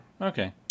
Okay